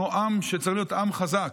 אנחנו עם שצריך להיות חזק.